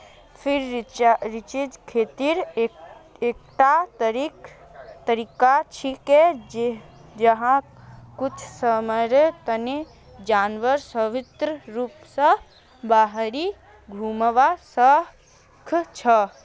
free range खेतीर एकटा तरीका छिके जैछा कुछू समयर तने जानवर स्वतंत्र रूप स बहिरी घूमवा सख छ